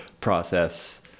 process